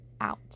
out